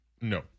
No